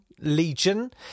Legion